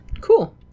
Cool